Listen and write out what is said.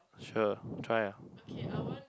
sure try ah